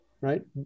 right